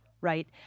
right